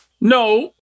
No